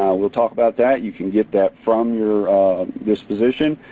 we'll talk about that, you can get that from your disposition,